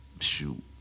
shoot